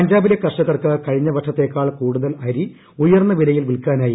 പഞ്ചാബിലെ കർഷകർക്ക് കഴിഞ്ഞ വർഷത്തേക്കാൾ കൂടുതൽ അരി ഉയർന്ന വിലയിൽ വിൽക്കാനായി